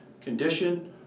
condition